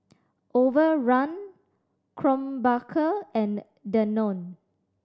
Overrun Krombacher and Danone